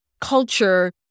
culture